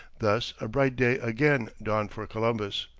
thus a bright day again dawned for columbus.